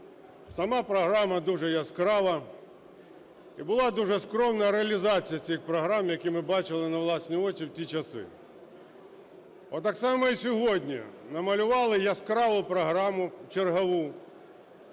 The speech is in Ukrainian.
сама програма дуже яскрава, і була дуже скромна реалізація цих програм, які ми бачили на власні очі в ті часи. Так само і сьогодні намалювали яскраву програму чергову,